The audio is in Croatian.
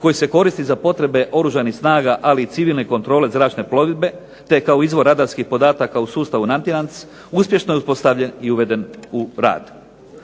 koji se koristi za potrebe Oružanih snaga ali i Civilne kontrole zračne plovidbe, te kao izvor radarskih podataka u sustavu ... /Govornik se ne razumije./ ... uspješno je uspostavljen i uveden u rad.